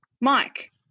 Mike